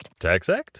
TaxAct